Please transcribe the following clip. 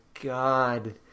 god